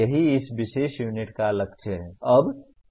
यही इस विशेष यूनिट का लक्ष्य है